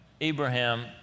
Abraham